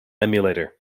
emulator